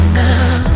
now